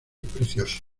preciosos